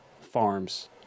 Farms